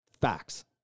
facts